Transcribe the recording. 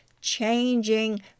changing